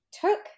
took